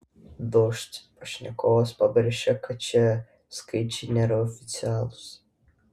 dožd pašnekovas pabrėžė kad šie skaičiai nėra oficialūs